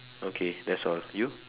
okay that's all you